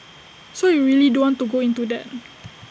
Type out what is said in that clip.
so you really don't want to go into that